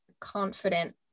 confident